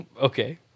Okay